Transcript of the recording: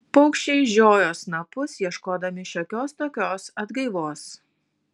paukščiai žiojo snapus ieškodami šiokios tokios atgaivos